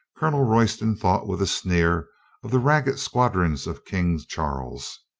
colonel royston thought with a sneer of the ragged squadrons of king charles.